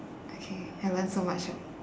okay I learnt so much here